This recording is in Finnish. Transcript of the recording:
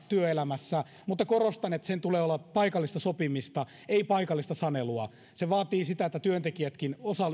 työelämässä mutta korostan että sen tulee olla paikallista sopimista ei paikallista sanelua se vaatii sitä että työntekijätkin